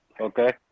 Okay